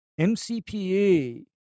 MCPA